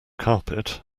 carpet